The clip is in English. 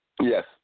Yes